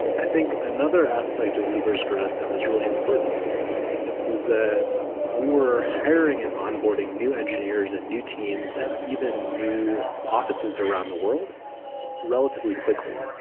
i think another aspect of uber s growth that was really important was that we were hiring an onboarding new engineers and new teams and even new offices around the world relatively quickly.